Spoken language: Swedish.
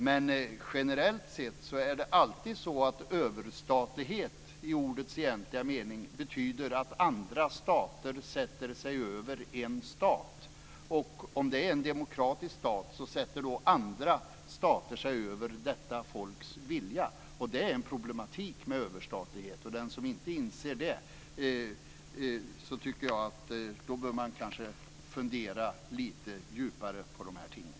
Men generellt sett är det alltid så att överstatlighet i ordets egentliga mening betyder att andra stater sätter sig över en stat. Och om det är en demokratisk stat sätter sig andra över detta folks vilja. Det är en problematik med överstatlighet. Den som inte inser det bör kanske fundera lite djupare på dessa ting.